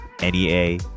NEA